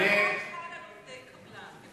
החוק חל על עובדי קבלן.